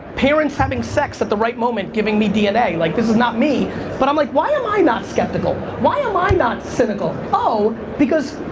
parents having sex at the right moment giving me dna, like, this is not me but i'm like, why am i not skeptical? why am i not cynical? oh, because,